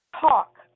Talk